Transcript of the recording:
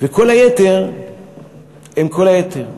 וכל היתר הם כל היתר.